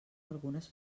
algunes